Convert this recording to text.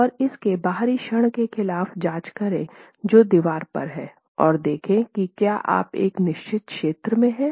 और इसके बाहरी क्षण के खिलाफ जांच करें जो दीवार पर है और देखें कि क्या आप एक निश्चित क्षेत्र में हैं